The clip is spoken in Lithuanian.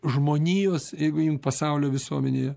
žmonijos jeigu imt pasaulio visuomenėje